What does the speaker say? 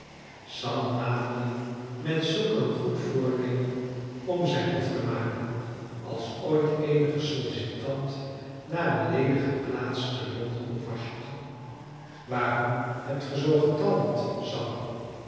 sam naderde met zulk een goed voornemen om zijn hof te maken als ooit eenige sollicitant naar eene ledige plaats te londen of washington waarom hebt ge zoo